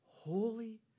holy